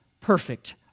perfect